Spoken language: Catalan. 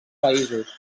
països